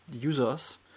users